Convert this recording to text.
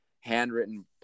handwritten